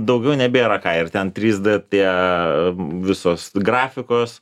daugiau nebėra ką ir ten trys d tie visos grafikos